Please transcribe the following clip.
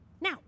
Now